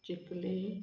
चिकली